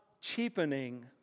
cheapening